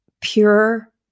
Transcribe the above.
pure